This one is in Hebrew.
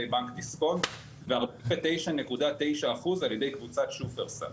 בנק דיסקונט ו-49.9% על-ידי קבוצת "שופרסל".